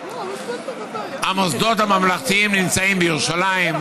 המוסדות הממלכתיים נמצאים בירושלים,